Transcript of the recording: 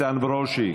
איתן ברושי,